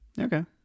okay